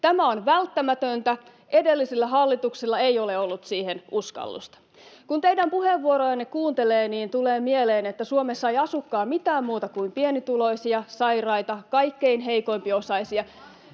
Tämä on välttämätöntä. Edellisillä hallituksilla ei ole ollut siihen uskallusta. Kun teidän puheenvuorojanne kuuntelee, niin tulee mieleen, että Suomessa ei asukaan mitään muuta kuin pienituloisia, sairaita, kaikkein heikompiosaisia.